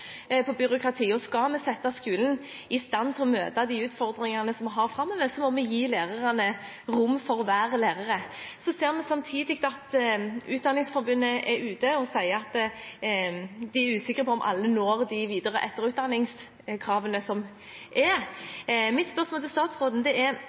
Skal vi gjøre skolen i stand til å møte de utfordringene som vi vil ha framover, må vi gi lærerne rom for å være lærere. Så ser vi samtidig at Utdanningsforbundet er ute og sier at de er usikre på om alle oppfyller de videre- og etterutdanningskravene som er. Mitt spørsmål til statsråden er: Er